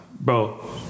bro